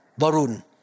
Barun